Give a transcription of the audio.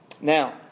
Now